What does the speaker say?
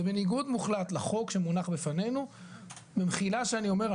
זה בניגוד מוחלט לחוק שמונח בפנינו ובמחילה שאני אומר,